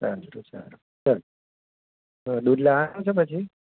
સારું તો સારું ચાલ તો દૂધ લાવવાનું છે પછી